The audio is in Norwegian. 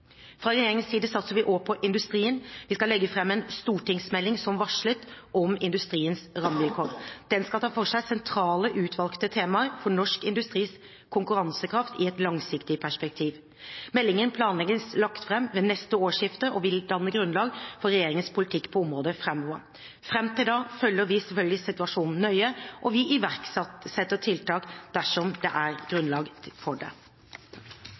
Fra regjeringens side satser vi også på industrien. Vi skal legge fram en stortingsmelding, som varslet, om industriens rammevilkår. Den skal ta for seg sentrale, utvalgte temaer for norsk industris konkurransekraft i et langsiktig perspektiv. Meldingen planlegges lagt fram ved neste årsskifte og vil danne grunnlag for regjeringens politikk på området framover. Fram til da følger vi selvfølgelig situasjonen nøye, og vi iverksetter tiltak dersom det er grunnlag for det.